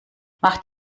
macht